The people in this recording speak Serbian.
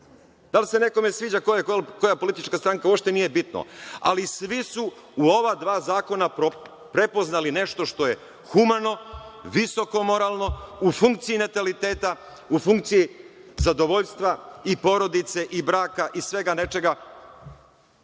Da li se nekome sviđa ko je koja politička stranka, uopšte nije bitno, ali svi su u ova dva zakona prepoznali nešto što je humano, visokomoralno, u funkciji nataliteta, u funkciji zadovoljstva i porodice i braka, i svega nečega,